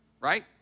right